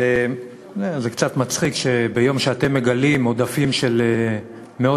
זה קצת מצחיק שביום שאתם מגלים עודפים של מאות